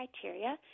criteria